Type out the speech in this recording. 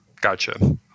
Gotcha